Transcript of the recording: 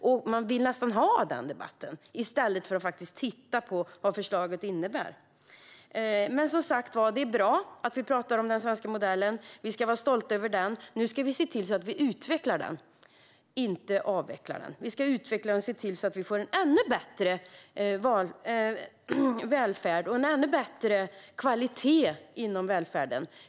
Det verkar som om det är den debatten man vill ha, i stället för att titta på vad förslaget faktiskt innebär. Men, som sagt var, det är bra att vi talar om den svenska modellen. Vi ska vara stolta över den. Nu ska vi se till att utveckla den, inte avveckla den. Vi ska utveckla den och se till att vi får en ännu bättre välfärd och en ännu bättre kvalitet inom välfärden.